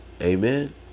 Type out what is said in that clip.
Amen